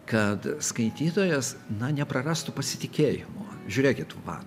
kad skaitytojas na neprarastų pasitikėjimo žiūrėkit va